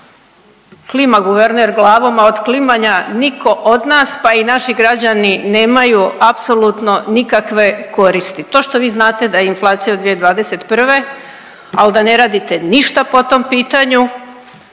Klima guverner glavom, a od klimanja nitko od nas, pa i naši građani nemaju apsolutno nikakve koristi. To što vi znate da je inflacija od 2021., ali da ne radite ništa po tom pitanju,